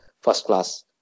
first-class